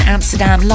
Amsterdam